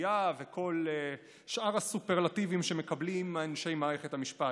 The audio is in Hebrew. תלויה וכל שאר הסופרלטיבים שמקבלים אנשי מערכת המשפט.